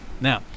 Now